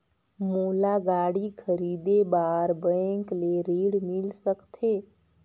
मोला गाड़ी खरीदे बार बैंक ले ऋण मिल सकथे?